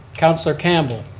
councilor campbell?